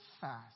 fast